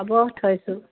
হ'ব থৈছোঁ